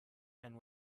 and